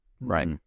Right